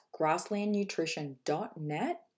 grasslandnutrition.net